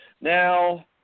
Now